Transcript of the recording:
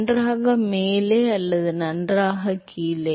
நன்றாக மேலே அல்லது நன்றாக கீழே